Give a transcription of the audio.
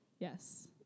Yes